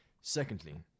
Secondly